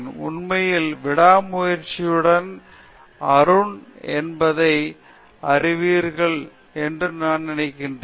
உண்மையிலேயே விடாமுயற்சியுடையவன் என்பதை நீங்கள் அறிவீர்கள் என்று நான் சொல்ல விரும்புகிறேன்